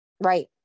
Right